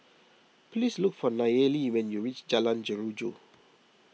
please look for Nayeli when you reach Jalan Jeruju